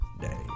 day